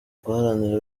guharanira